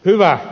hyvä